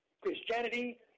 Christianity